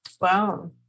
Wow